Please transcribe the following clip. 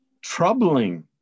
troubling